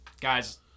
Guys